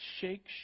Shake